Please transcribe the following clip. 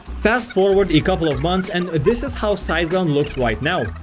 fast forward a couple of months and this is how siteground looks right now.